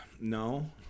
no